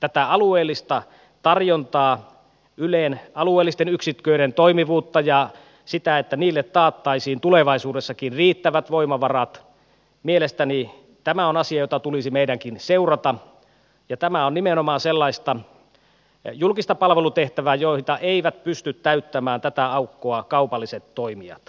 tämä alueellinen tarjonta ylen alueellisten yksiköiden toimivuus ja se että niille taattaisiin tulevaisuudessakin riittävät voimavarat mielestäni on asia jota tulisi meidänkin seurata ja tämä on nimenomaan sellaista julkista palvelutehtävää jonka aukkoa eivät pysty täyttämään kaupalliset toimijat